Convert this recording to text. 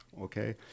okay